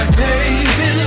baby